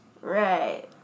Right